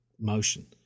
motion